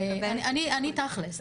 אני תכלס,